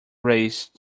race